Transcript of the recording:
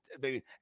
baby